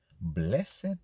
blessed